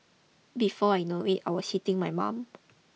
before I know it I was hitting my mum